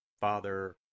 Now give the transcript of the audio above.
Father